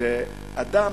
כשאדם